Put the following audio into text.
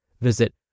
Visit